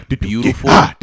beautiful